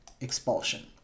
expulsion